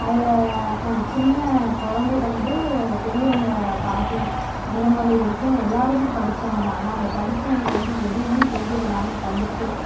அதில் சின்ன குழந்தையில இருந்து பெரியவங்க பாட்டி அந்த மாதிரி வரைக்கும் எல்லாருமே படித்தவங்க தான் ஆனால் அந்த படித்தவங்கள வந்து எதுவுமே செய்ய விடாமல் தடுத்து